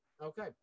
Okay